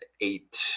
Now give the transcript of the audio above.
eight